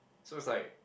so it's like